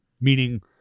Meaning